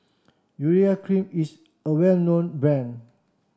Urea Cream is a well known brand